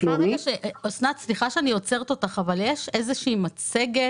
לאומית --- סליחה שאני עוצרת אותך אבל יש איזושהי מצגת